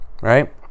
right